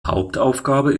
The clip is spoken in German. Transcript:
hauptaufgabe